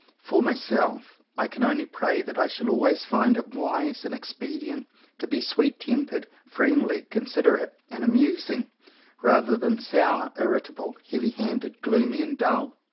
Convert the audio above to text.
for myself, i can only pray that i shall always find it wise and expedient to be sweet-tempered, friendly, considerate, and amusing rather than sour, irritable, heavy handed, gloomy, and dull.